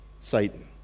Satan